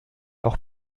auch